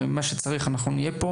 ולמה שצריך אנחנו נהיה פה